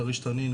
כריש-תנין,